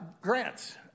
Grants